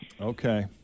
Okay